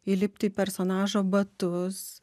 įlipt į personažo batus